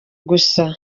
gusa